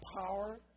power